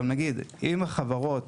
אם החברות